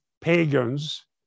pagans